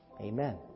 Amen